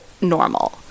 normal